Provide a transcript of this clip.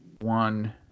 One